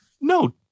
no